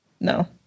No